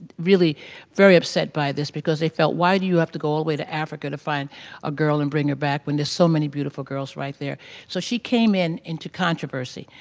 really very upset by this because they felt why do you have to go all the way to africa to find a girl and bring her back when there's so many beautiful girls right there so she came in into controversy.